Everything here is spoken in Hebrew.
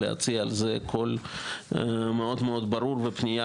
להוציא על זה קול מאוד מאוד ברור ופנייה